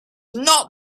not